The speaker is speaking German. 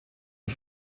die